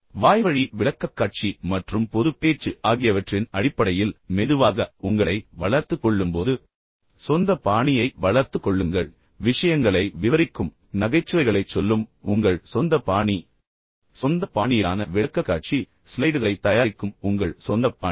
வாய்வழி விளக்கக்காட்சி மற்றும் பொது பேச்சு ஆகியவற்றின் அடிப்படையில் நீங்கள் மெதுவாக உங்களை வளர்த்துக் கொள்ளும்போது உங்கள் சொந்த பாணியை வளர்த்துக் கொள்ளுங்கள் விஷயங்களை விவரிக்கும் உங்கள் சொந்த பாணி நகைச்சுவைகளைச் சொல்லும் உங்கள் சொந்த பாணி உங்கள் சொந்த பாணியிலான விளக்கக்காட்சி ஸ்லைடுகளைத் தயாரிக்கும் உங்கள் சொந்த பாணி